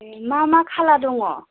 मा मा कालार दङ